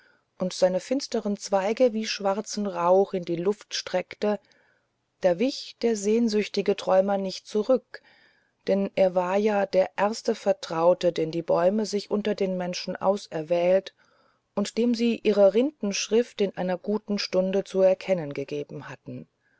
und seine finsteren zweige wie schwarzen rauch in die luft streckte da wich der sehnsüchtige träumer nicht zurück denn er war ja der erste vertraute den die bäume sich unter den menschen auserwählt und dem sie ihre rindenschrift in einer guten stunde zu erkennen gegeben hatten